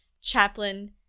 Chaplain